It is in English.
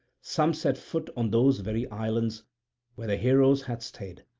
some set foot on those very islands where the heroes had stayed,